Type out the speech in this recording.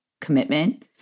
commitment